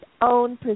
own